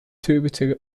tributary